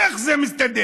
איך זה מסתדר?